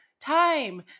time